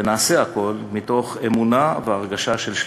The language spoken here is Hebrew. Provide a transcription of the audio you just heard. ונעשה הכול, מתוך אמונה והרגשה של שליחות.